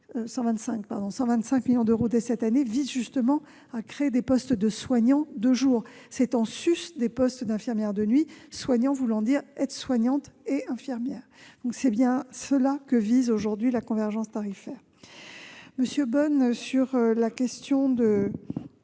125 millions d'euros dès cette année, vise justement à créer des postes de soignants de jour, en sus des postes d'infirmières de nuit- « soignants » voulant dire aides-soignantes et infirmières. Tel est bien l'objet de la convergence tarifaire. Monsieur Bonne, vous avez dit